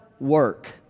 work